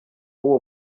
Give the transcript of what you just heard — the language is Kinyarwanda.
w’uwo